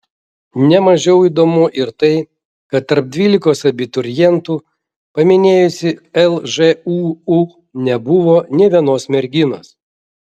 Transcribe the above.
ne mažiau įdomu ir tai kad tarp dvylikos abiturientų paminėjusių lžūu nebuvo nė vienos merginos